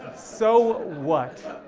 so what,